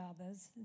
others